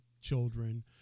children